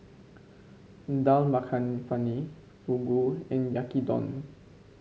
Dal Makhani Fugu and Yaki Udon